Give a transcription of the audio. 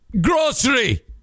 grocery